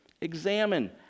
Examine